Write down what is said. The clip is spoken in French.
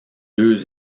deux